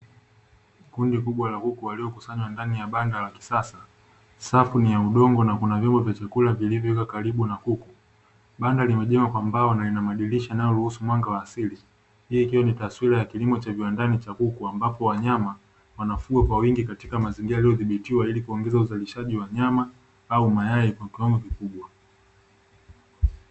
Kundi kubwa la kuku lililokusanywa katika banda la kisasa. Safu ni ya udongo na kuna vyombo vya chakula vilivyowekwa karibu na kuku. Banda limejengwa kwa mbao na lina madirisha yanayoruhusu mwanga wa asili. Hii ikiwa ni taswira ya kilimo cha viwandani cha kuku ambapo wanyama wanafugwa kwa wingi katika mazingira yaliyodhibitiwa ili kuongeza uzalishaji wa nyama au mayai kwa kiwango kikubwa.